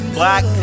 black